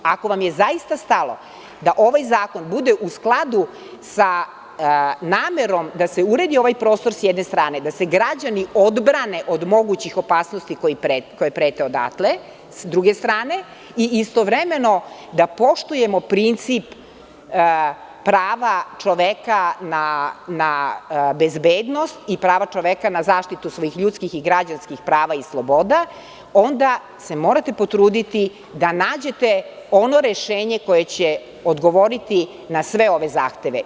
Ako vam je zaista stalo da ovaj zakon bude u skladu sa namerom da se uredi ovaj prostor sa jedne strane, da se građani odbrane od mogućih opasnosti koje prete odatle sa druge strane i istovremeno da poštujemo princip prava čoveka na bezbednost i prava čoveka na zaštitu svojih ljudskih i građanskih prava i sloboda, onda se morate potruditi da nađete ono rešenje koje će odgovoriti na sve ove zahteve.